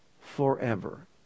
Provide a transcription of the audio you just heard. forever